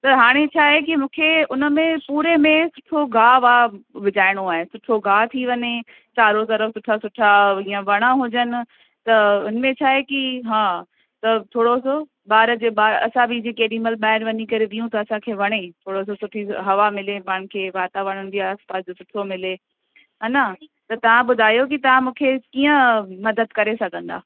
त हाणे छा आहे कि मूंखे हुन में पूरे में सुठो गाह वाह विझाइणो आहे सुठो गाह थी वञे चारो तरफ़ सुठा सुठा इअं वण हुजनि त हिन में छा आहे कि हा त थोरोसो ॿार जे ॿा असां बि केॾी महिल ॿाहिरि वञी करे वियूं त असांखे वणे थोरोसो सुठी हवा मिले पाण खे वातावरण बि आसिपासि जो सुठो मिले हा न त तव्हां ॿुधायो कि तव्हां मूंखे कीअं मदद करे सघंदा